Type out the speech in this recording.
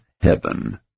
heaven